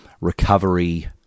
recovery